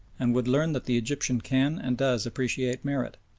and would learn that the egyptian can and does appreciate merit,